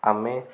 ଆମେ